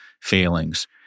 failings